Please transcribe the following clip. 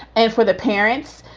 and for the parents,